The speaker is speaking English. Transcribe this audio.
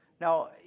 Now